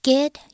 Get